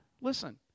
listen